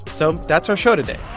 so that's our show today